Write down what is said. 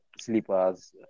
slippers